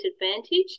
advantage